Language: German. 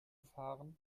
fahren